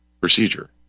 procedure